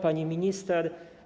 Pani Minister!